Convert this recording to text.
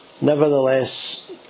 nevertheless